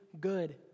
good